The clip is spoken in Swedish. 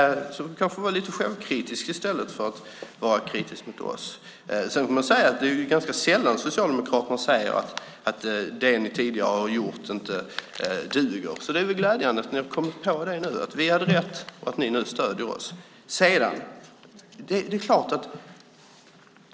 Hon får därför kanske vara lite självkritisk i stället för att vara kritisk mot oss. Man får också säga att det är ganska sällan Socialdemokraterna säger att det de tidigare har gjort inte duger, så det är glädjande att ni nu har kommit på att vi hade rätt och att ni nu stöder oss.